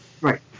right